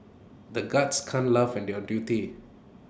the guards can't laugh when they are duty